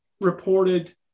reported